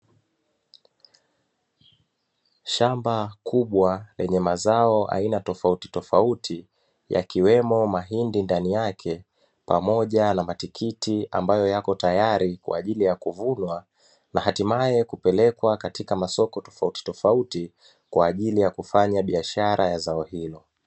Shamba kubwa lenye mazao aina tofauti tofauti yakiwemo mahindi ndani yake pamoja na matikiti ambayo yako tayari kwa ajili ya kuvunwa na hatimaye kupelekwa katika masoko tofauti tofauti kwa ajili ya kufanya biashara ya zao hili.